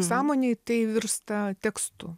sąmonėj tai virsta tekstu